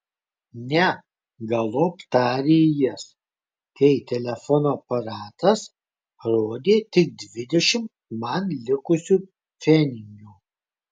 ne galop tarė jis kai telefono aparatas rodė tik dvidešimt man likusių pfenigų